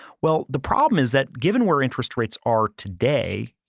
well, the problem is that given where interest rates are today,